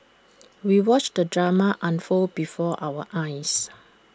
we watched the drama unfold before our eyes